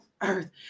earth